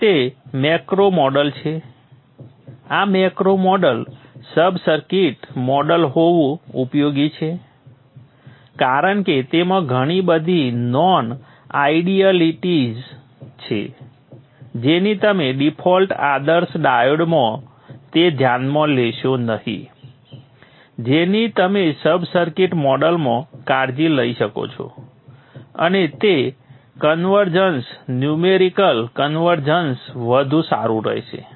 હવે તે macro model છે આ macro model sub circuit model હોવું ઉપયોગી છે કારણ કે તેમાં ઘણી બધી નોન આઇડિયલિટીઝ છે જેની તમે ડિફોલ્ટ આદર્શ ડાયોડમાં તે ધ્યાનમાં લેશો નહીં જેની તમે સબ સર્કિટ મોડલમાં કાળજી લઈ શકો છો અને તે કન્વર્જન્સ ન્યૂમેરિકલ કન્વર્જન્સ વધુ સારું રહેશે